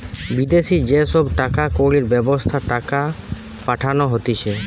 বিদেশি যে সব টাকা কড়ির ব্যবস্থা টাকা পাঠানো হতিছে